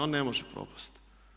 On ne može propasti.